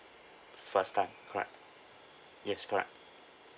first time correct yes correct